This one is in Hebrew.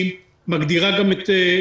וזו לא טענה לפקע"ר בעניין הזה,